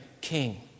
King